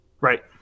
Right